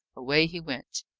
away he went.